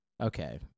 Okay